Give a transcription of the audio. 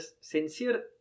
sincere